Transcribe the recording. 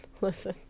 Listen